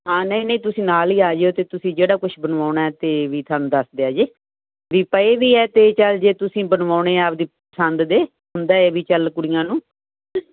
ਹਾਂ ਨਹੀਂ ਨਹੀਂ ਤੁਸੀਂ ਨਾਲ ਹੀ ਆ ਜਾਓ ਅਤੇ ਤੁਸੀਂ ਜਿਹੜਾ ਕੁਛ ਬਣਵਾਉਣਾ ਅਤੇ ਵੀ ਤੁਹਾਨੂੰ ਦੱਸ ਦਿਆ ਜੇ ਵੀ ਪਏ ਵੀ ਹੈ ਅਤੇ ਚੱਲ ਜੇ ਤੁਸੀਂ ਬਣਵਾਉਣੇ ਆ ਆਪਣੀ ਪਸੰਦ ਦੇ ਹੁੰਦਾ ਹੈ ਵੀ ਚੱਲ ਕੁੜੀਆਂ ਨੂੰ